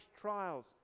trials